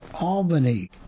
Albany